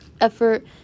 effort